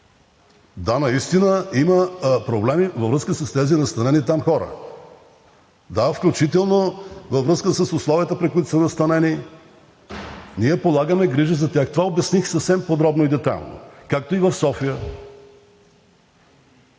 Да, наистина има проблеми във връзка с тези настанените там хора. Да, включително във връзка с условията при които са настанени, ние полагаме грижи за тях – това обясних съвсем подробно и детайлно, както и в София.